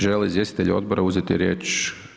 Želi li izvjestitelj odbora uzeti riječ?